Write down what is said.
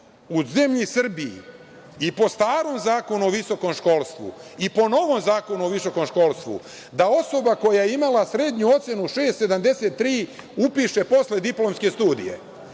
u zemlji Srbiji i po starom Zakonu o visokom školstvu i po novom Zakonu o visokom školstvu, da osoba koja je imala srednju ocenu 6,73 upiše postdiplomske studije?